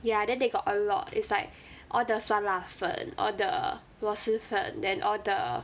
ya then they got a lot it's like all the 酸辣粉 all the 螺蛳粉 then all the